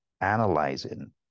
analyzing